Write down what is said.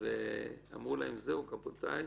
ואמרו להם: זהו, רבותיי,